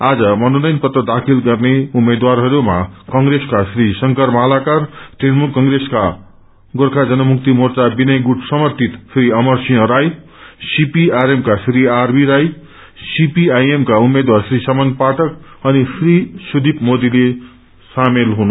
आज मर्नोनयन पत्र दाखिल गत्रे उम्मेद्वारहरूमा कंप्रेसका श्री शंकर मालाकार तृणमूल कंग्रेसका गोर्खा जनमुक्ति मोर्चा विनय गुट सर्मथित श्री अमर सिंह राई सीपीआरएम का श्री आरबी राई सीपीआईएम का उम्मेद्वार श्री समन पाठक अनि श्री सुदिप मोदीले शामेल छन्नु